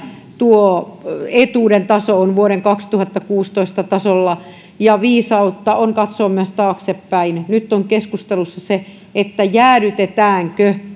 tuo etuuden taso on vuoden kaksituhattakuusitoista tasolla ja viisautta on katsoa myös taaksepäin nyt on keskustelussa se jäädytetäänkö